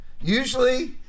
Usually